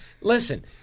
Listen